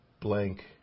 blank